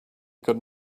could